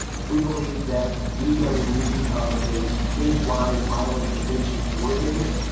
we believe that we are in need of a statewide violence prevention coordinator.